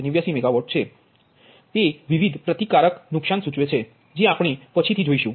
89 megawatt છે તે વિવિધ પ્રતિકારક નુકસાન સૂચવે છે જે આપણે આ પછી જોશું